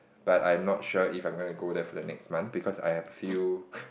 but I'm not sure if I'm gonna go there for the next month because I've few